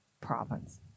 province